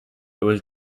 was